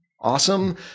awesome